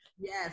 yes